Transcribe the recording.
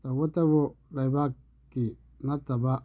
ꯇꯧꯕꯇꯕꯨ ꯂꯩꯕꯥꯛꯀꯤ ꯅꯠꯇꯕ